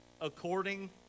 according